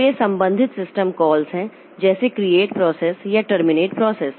तो ये संबंधित सिस्टम कॉल्स हैं जैसे क्रिएट प्रोसेस या टर्मिनेट प्रोसेस